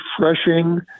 refreshing